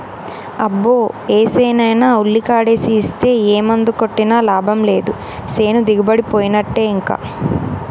అబ్బో ఏసేనైనా ఉల్లికాడేసి ఇస్తే ఏ మందు కొట్టినా లాభం లేదు సేను దిగుబడిపోయినట్టే ఇంకా